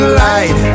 light